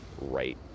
right